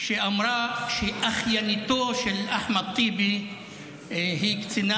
שאמרה שאחייניתו של אחמד טיבי היא קצינה